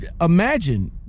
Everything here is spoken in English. imagine